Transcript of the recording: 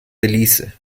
belize